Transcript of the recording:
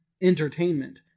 entertainment